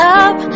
up